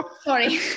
Sorry